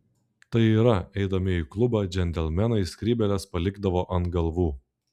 tai yra eidami į klubą džentelmenai skrybėles palikdavo ant galvų